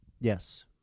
yes